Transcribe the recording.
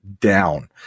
down